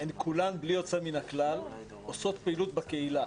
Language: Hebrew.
בלי יוצאת מן הכלל עושות פעילות בקהילה.